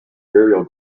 burial